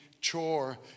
chore